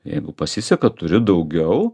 jeigu pasiseka turi daugiau